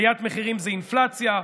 עליית מחירים זה אינפלציה.